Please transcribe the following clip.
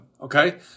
okay